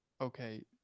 okay